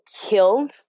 killed